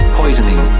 poisoning